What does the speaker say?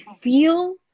feel